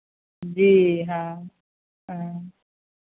जी हाँ हाँ